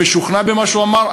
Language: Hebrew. הוא משוכנע במה שהוא אמר,